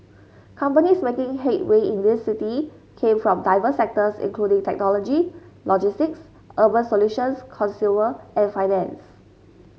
companies making headway in this city came from diverse sectors including technology logistics urban solutions consumer and finance